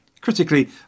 Critically